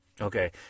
okay